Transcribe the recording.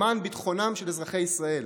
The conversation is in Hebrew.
למען ביטחונם של אזרחי ישראל,